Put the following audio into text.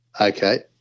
Okay